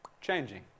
changing